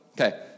okay